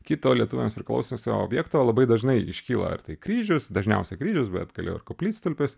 kito lietuviams priklausiusio objekto labai dažnai iškyla ar tai kryžius dažniausiai kryžius bet galėjo ir koplytstulpis